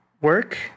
work